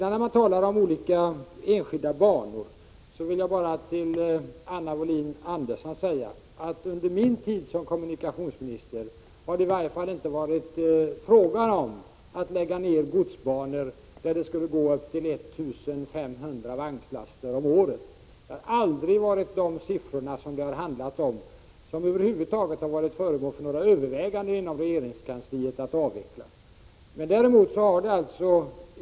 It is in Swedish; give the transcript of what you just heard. När man talar om olika enskilda banor, vill jag bara säga till Anna Wohlin-Andersson att det under min tid som kommunikationsminister i varje fall inte har varit fråga om att lägga ned bruksbanor, där det skulle gå upp till I 500 vagnslaster om året. Det har inte handlat om dessa trafikmängder, och dessa banor har inom regeringskansliet över huvud taget aldrig varit föremål för några överväganden om avveckling.